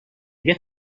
دیگه